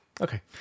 Okay